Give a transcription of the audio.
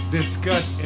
discuss